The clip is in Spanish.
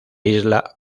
isla